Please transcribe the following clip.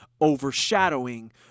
overshadowing